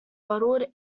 bottled